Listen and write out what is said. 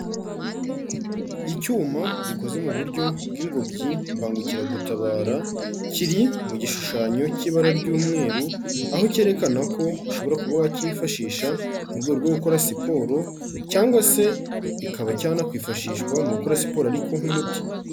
Icyuma gikoze mu buryo bw'ingobyi mbangukiragutabara, kiri mu gishushanyo cy'ibara ry'umweru aho cyerekana ko ushobora kuba wakifashisha mu rwego rwo gukora siporo cyangwa se ikaba cyanakwifashishwa mu gukora siporo ariko nk'umuti.